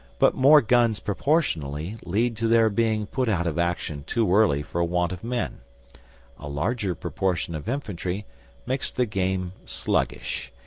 but more guns proportionally lead to their being put out of action too early for want of men a larger proportion of infantry makes the game sluggish,